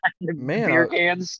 man